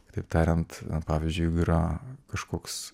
kitaip tariant pavyzdžiui jeigu yra kažkoks